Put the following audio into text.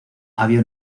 había